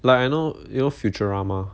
like I know you know futurama